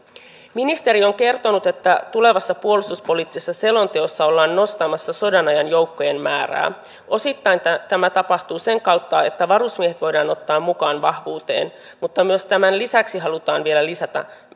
ministeri on kertonut että tulevassa puolustuspoliittisessa selonteossa ollaan nostamassa sodanajan joukkojen määrää osittain tämä tämä tapahtuu sen kautta että varusmiehet voidaan ottaa mukaan vahvuuteen mutta myös tämän lisäksi halutaan vielä lisätä